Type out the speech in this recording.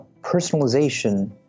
personalization